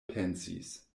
pensis